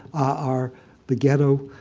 are the ghetto.